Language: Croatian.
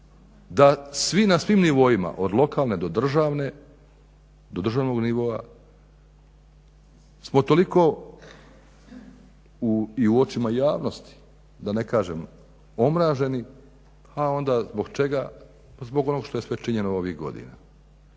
da svi na svim nivoima od lokalne do državnog nivoa smo toliko i u očima javnosti, da ne kažem omraženi a onda zbog čega, zbog onog što je sve sačinjeno ovih godina.